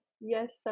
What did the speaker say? Yes